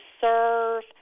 serve